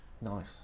Nice